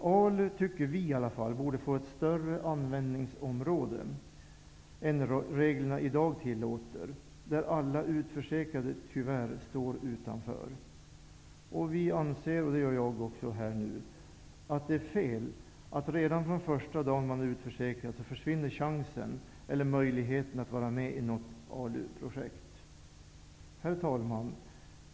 Vi anser att ALU borde få ett större användningsområde än reglerna i dag tillåter. I dag står tyvärr alla utförsäkrade utanför ALU. Vi anser att det är fel att möjligheten att vara med i något ALU-projekt försvinner redan från den första dagen som man är utförsäkrad. Herr talman!